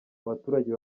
abaturage